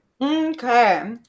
Okay